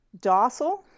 docile